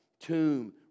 tomb